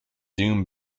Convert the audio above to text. doom